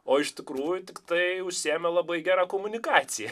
o iš tikrųjų tiktai užsiėmė labai gera komunikacija